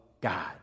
God